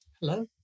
Hello